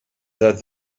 that